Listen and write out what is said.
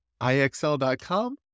IXL.com